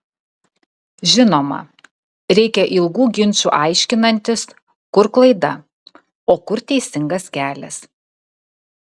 žinoma reikia ilgų ginčų aiškinantis kur klaida o kur teisingas kelias